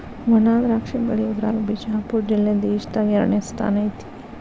ವಣಾದ್ರಾಕ್ಷಿ ಬೆಳಿಯುದ್ರಾಗ ಬಿಜಾಪುರ ಜಿಲ್ಲೆ ದೇಶದಾಗ ಎರಡನೇ ಸ್ಥಾನ ಐತಿ